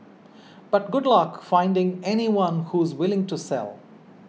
but good luck finding anyone who's willing to sell